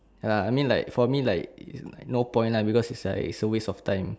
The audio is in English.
ya I mean like for me like no point lah because it's like it's a waste of time